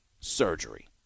surgery